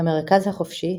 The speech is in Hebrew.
המרכז החופשי,